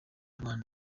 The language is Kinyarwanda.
rwanda